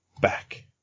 back